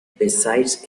besides